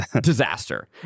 disaster